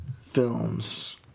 films